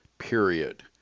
period